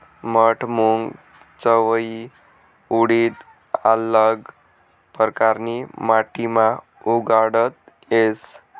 मठ, मूंग, चवयी, उडीद आल्लग परकारनी माटीमा उगाडता येस